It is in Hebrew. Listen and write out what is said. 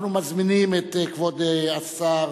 אנחנו מזמינים את כבוד השר